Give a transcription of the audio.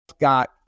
Got